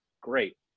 Great